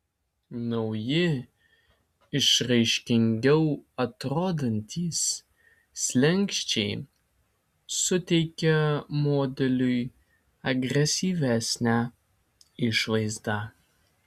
nauji išraiškingiau atrodantys slenksčiai suteikia modeliui agresyvesnę išvaizdą